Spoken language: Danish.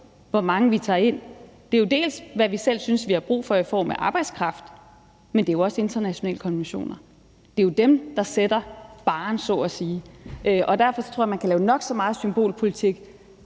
hvor mange vi tager ind, er jo til dels, hvad vi selv synes vi har brug for i form af arbejdskraft, men det er jo også internationale konventioner. Det er jo dem, der så at sige sætter barren, og derfor tror jeg, at man kan lave nok så meget symbolpolitik,